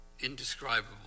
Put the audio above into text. indescribable